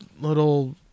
little